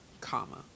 comma